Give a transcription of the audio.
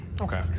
okay